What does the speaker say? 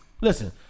listen